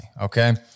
Okay